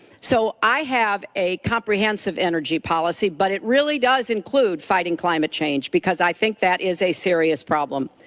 so i have a comprehensive energy policy, but it really does include fighting climate change because i think that is a serious problem.